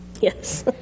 Yes